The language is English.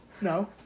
No